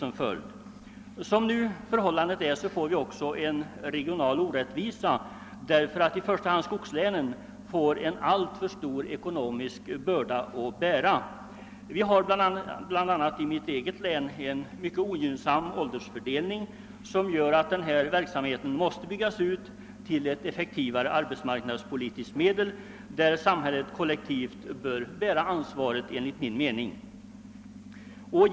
Sådant som förhållandet nu är uppkommer en regional orättvisa, eftersom i första hand skogslänen får en alltför stor ekonomisk börda att klara; vi har bl.a. i mitt eget län en mycket ogynnsam åldersfördelning. Därför måste denna verksamhet byggas ut till ett effektivare arbetsmarknadspolitiskt medel, för vilket enligt min mening samhället kollektivt bör bära ansvaret.